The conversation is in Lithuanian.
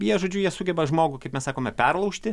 jie žodžiu jie sugeba žmogų kaip mes sakome perlaužti